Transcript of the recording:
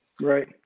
Right